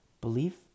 Belief